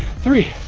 three.